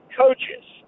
coaches